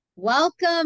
Welcome